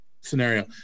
scenario